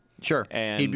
Sure